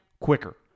quicker